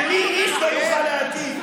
ולי איש לא יוכל להטיף.